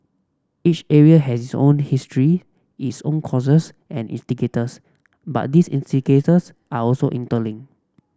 each area had its own history its own causes and instigators but these instigators are also interlinked